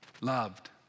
loved